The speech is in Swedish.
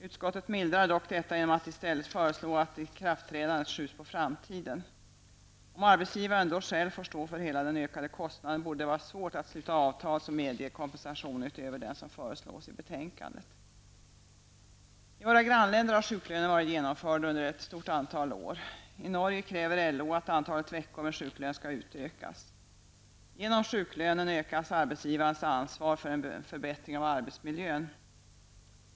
Utskottet mildrar dock detta genom att i stället föreslå att ikraftträdandet skjuts på framtiden. Om arbetsgivaren då själv får stå för hela den ökade kostnaden borde det vara svårt att sluta avtal som medger kompensation utöver den som föreslås i betänkandet. I våra grannländer har sjuklönen varit genomförd under ett stort antal år. I Norge kräver LO att antalet veckor med sjuklön skall utökas. Genom sjuklönen ökas arbetsgivarens ansvar för en förbättring av arbetsmiljön.